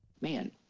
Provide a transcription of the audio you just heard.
man